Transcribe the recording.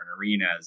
arenas